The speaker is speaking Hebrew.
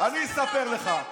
אני אספר לך.